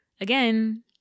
again